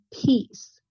peace